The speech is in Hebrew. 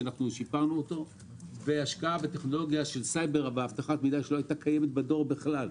השקענו בטכנולוגיה של סייבר ואבטחת מידע שלא הייתה קיימת בדואר בכלל.